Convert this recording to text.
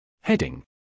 Heading